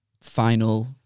final